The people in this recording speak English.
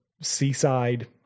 seaside